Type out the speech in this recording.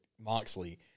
Moxley